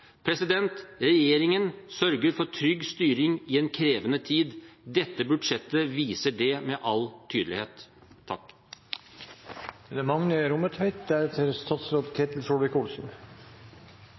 Regjeringen sørger for trygg styring i en krevende tid. Dette budsjettet viser det med all tydelighet.